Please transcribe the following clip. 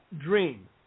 dream